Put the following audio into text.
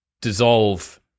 dissolve